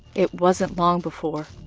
it wasn't long before,